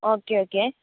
okay okay